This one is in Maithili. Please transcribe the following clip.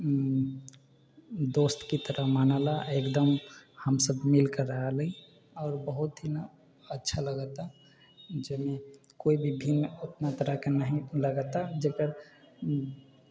दोस्तके तरह मानऽ ला एकदम हमसब मिलके रहै ली आओर बहुत ही ना अच्छा लगऽ ता जाहिमे कोइ भी भिन्न अपना तरहके नहि लगै ता जकर